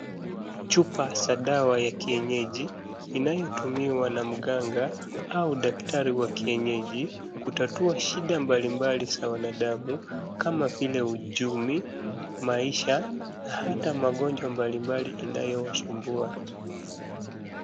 Chupa za dawa ya kienyeji inayotumiwa na mganga au daktari wa kienyeji kutatua shida mbalimbali za wanadamu kama vile uchumi. Maisha ata magonjwa mbalimbali